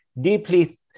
deeply